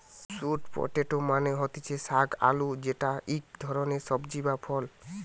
sweet potato মানে হতিছে শাক আলু যেটা ইক ধরণের সবজি বা ফল